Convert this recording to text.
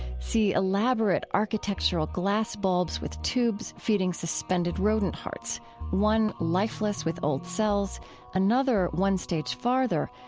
see elaborate architectural glass bulbs with tubes feeding suspended rodent hearts one lifeless with old cells another one stage farther,